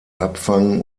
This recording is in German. abfangen